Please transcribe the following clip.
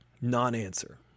non-answer